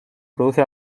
produce